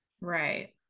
Right